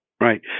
Right